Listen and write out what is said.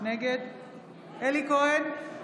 נגד אלי כהן,